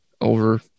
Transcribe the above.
over